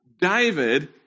David